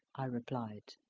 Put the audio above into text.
i replied.